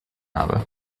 habe